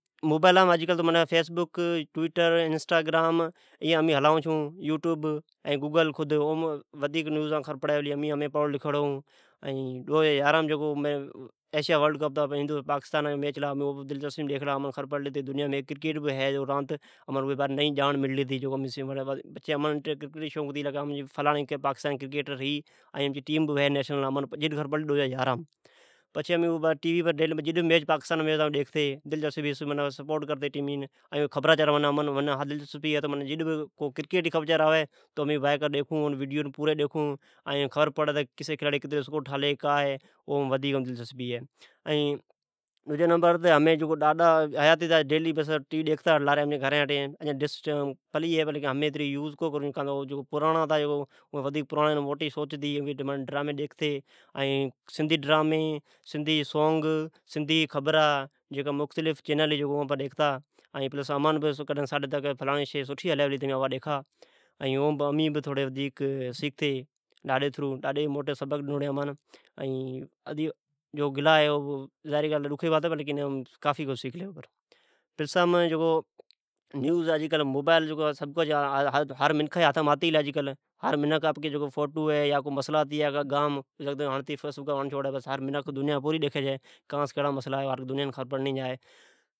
امین مبائیل پر فیسبک ،ٹوئیٹر، انسٹاگرام، واٹسپ ءگوگل یوٹوب ائین امین ھلائو چھو نمبائیلا پر گوگلا پر ھر شئی جی خبر ُپڑی پلی امین ھمین پڑھوڑی لکوڑی ھون ء ڈو ھزار یاران م ایسیا کپ ھتا اوم انڈیا ءپاکستان جا میچ دل چسبی م ڈیکھلا امان خبر پڑلی تہ دنیا مین کرکیت راند بھ ھےاوا نوی خبر پڑلی ءامان کرکیٹی جا شوق ھتی گلا ء پاکستان جی قومی ٹیم بہ ھے اوا خبر امان ڈو ھزار یاران مین پڑلی پچھی جڈبہ پاکستان جا میچ ھتا تو امین دیکھتی ءسپوٹ کرتی ٹیمین کرکیٹی جی کو بہ خبر آوی تو امین اوین سجی ڈیکھون تہ خبر پڑھی کیسی کلاڑی کتری اسکور ٹھالی اوم ودیک دل چسبی ھے اوس پچھی ڈاڈا ڈیلی ٹیوی ڈیکھتا اوا ڈس پلی ھے لیکن ھمین اتری یوز کونی کرون کان تو او پرانڑا ھتا پرانڑی سوچ ھتی او سندی ڈرامی سندی سوگ ء سندی خبرا مختلیف چئینلام ڈیکھتا۔ کڈھن امان بہ ساڈیتا آوا سٹھی شئی ھلی پلی تمی آوا ڈیکھا ء اون امین بہ وڈیک سکھتی ڈاڈا جی تھرو ڈاڈی جی موٹی سبق ڈنوڑی ھے امان نہجکو او ھلا ھے موتی ڈوکھا جئ بات ھے پر کافی کجھ سیکھلی ھون پلس آم مبائیل ھر منکھانم آتی گلی ھے آپکے فوٹو وعیرہ فیسبک پر ھنڑ چھولڑی پوری دنیا ڈیکھی کاھس کیڑا مصلا ھے